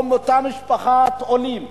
או אותה משפחת עולים,